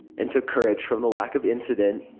and took courage from the lack of incident.